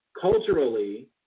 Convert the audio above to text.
culturally